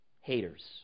haters